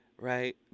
right